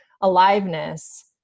aliveness